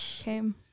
came